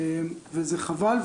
וזה חבל,